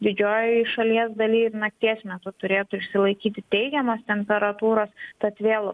didžiojoje šalies daly ir nakties metu turėtų išsilaikyti teigiamos temperatūros tad vėl